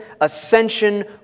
ascension